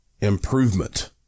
improvement